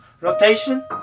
rotation